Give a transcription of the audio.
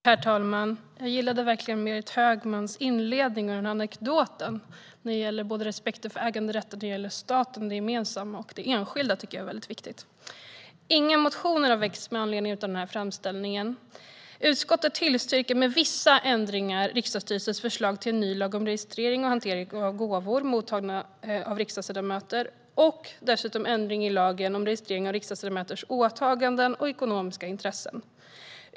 Herr talman! Jag gillade verkligen Berit Högmans inledning och anekdoten. Respekten för äganderätten när det gäller staten, det gemensamma och det enskilda tycker jag är väldigt viktig. Inga motioner har väckts med anledning av den här framställningen. Utskottet tillstyrker med vissa ändringar riksdagsstyrelsens förslag till en ny lag om registrering och hantering av gåvor mottagna av riksdagsledamöter och ändringar i lagen om registrering av riksdagsledamöters åtaganden och ekonomiska intressen.